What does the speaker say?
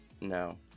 no